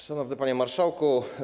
Szanowny Panie Marszałku!